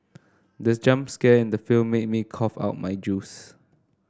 the jump scare in the film made me cough out my juice